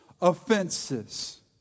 Offenses